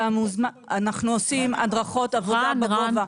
אנחנו עושים הדרכות עבודה בגובה,